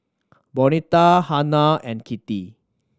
Bonita Hanna and Kittie